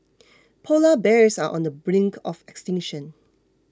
Polar Bears are on the brink of extinction